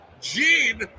Gene